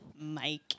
Mike